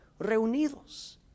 reunidos